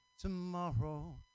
tomorrow